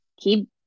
keep